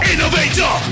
Innovator